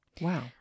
Wow